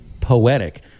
poetic